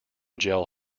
gel